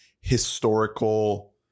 historical